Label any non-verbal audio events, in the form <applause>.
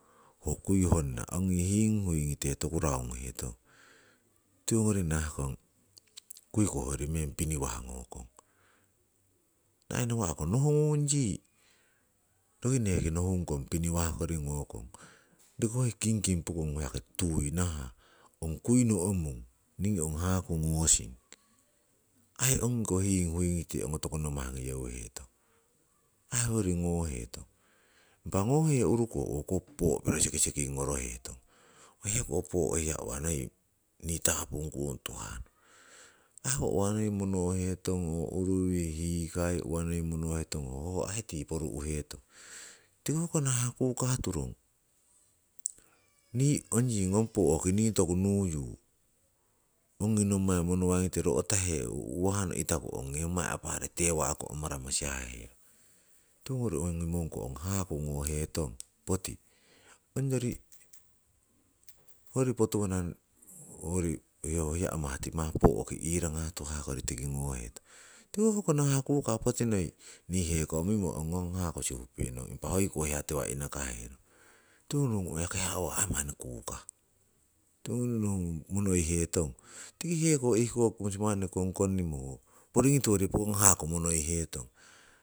Ho kui honna ongi hiing huigngite toku raunghetong, tiwongori nahah kong kiu ko ongyori meng piniwah ngokong, aii nawa'ko nohungung yii roki neki nohungkong piniwah kori meng ngokong. Roki hoi pokong kingking yaki tuui nahah kui omung ningii ong haku ngosing, aii ong ngiko hiing huingngite toku nommah ngoyeuheton aii hoyroi timung ngoheton. Impa ngohe urukoh owokoh ph uruko piro sekisekin ngorohetong. Owo heko poo uwah noi turono nii topung kuung tuhahno, ho uwa heko poh ewa uwah noi oh uwa nai monoheton oh uruwii, hikai uwah noi monoheton aii tii poru'hetong. Tiko hoko nahah kukah turong, nii <noise> ongi ngong pooki toku nuyu, ongi nommai monowang ngite ro'tahe huhewamo itaku ongi hapari tewa'ku sihammo sihaheron. Tiwongori ongi mongko ong haku ngoheton poti onyori potuwana noi ongkoh hiya noi timah pooki irangah tuhahnoki ngohetong, tiko hoko nahah kukah nii heko mimo ong ngong haku sihupenong, impa hoiko tiwah inakaheron. Tiwongori ong yaki hiya manni kukah, tiwongori nohungong monoihetong tiki hekoki musimannoki kinkonni poringii tiwori pokong haku monoiheton.